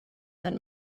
that